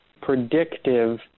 predictive